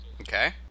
Okay